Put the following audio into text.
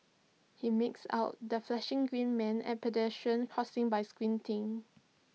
he makes out the flashing green man at pedestrian crossings by squinting